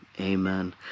Amen